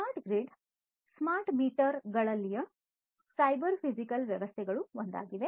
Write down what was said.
smart grid smart meter ಗಳಲ್ಲಿನ cyber physical ವ್ಯವಸ್ಥೆಗಳು ಒಂದಾಗಿದೆ